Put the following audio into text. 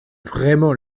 vraiment